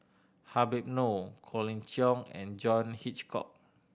Habib Noh Colin Cheong and John Hitchcock